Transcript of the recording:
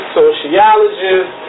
sociologists